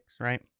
right